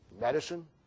Medicine